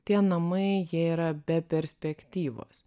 tie namai jie yra be perspektyvos